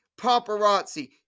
paparazzi